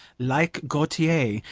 like gautier,